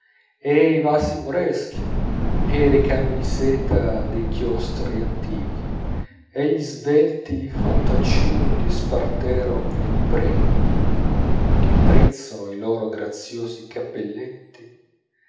e i vasi moreschi e i ricami di seta dei chiostri antichi e gli svelti fantaccini di espartero e di prim che drizzano i loro graziosi cappelletti